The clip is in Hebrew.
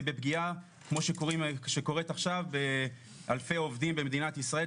ובפגיעה כמו שקורית עכשיו באלפי עובדים במדינת ישראל.